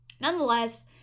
Nonetheless